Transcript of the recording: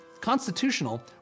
Constitutional